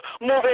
moving